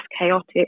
chaotic